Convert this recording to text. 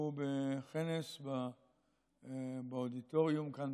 בכנס באודיטוריום כאן,